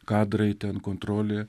kadrai ten kontrolė